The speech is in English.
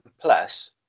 Plus